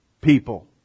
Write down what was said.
people